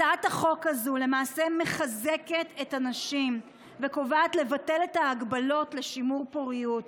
הצעת החוק הזו מחזקת את הנשים וקובעת לבטל את ההגבלות לשימור פוריות.